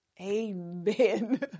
Amen